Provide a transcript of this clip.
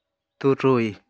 ᱛᱩᱨᱩᱭ